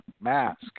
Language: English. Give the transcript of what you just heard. mask